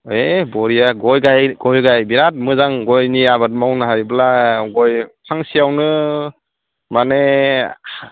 ओइ बरिया गय गाय गय गाय बिराद मोजां गयनि आबाद मावनो हायोब्ला गय फांसेयावनो माने